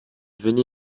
venez